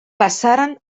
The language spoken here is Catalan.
passaren